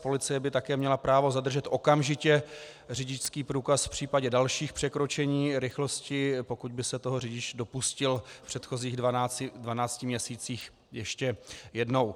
Policie by také měla právo zadržet okamžitě řidičský průkaz v případě dalších překročení rychlosti, pokud by se toho řidič dopustil v předchozích 12 měsících ještě jednou.